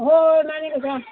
ꯍꯣꯏ ꯍꯣꯏ ꯃꯥꯟꯅꯦ ꯀꯀꯥ